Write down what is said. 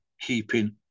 keeping